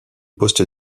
postes